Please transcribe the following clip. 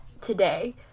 today